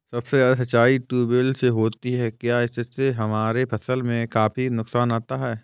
सबसे ज्यादा सिंचाई ट्यूबवेल से होती है क्या इससे हमारे फसल में काफी नुकसान आता है?